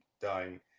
dying